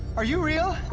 are you real?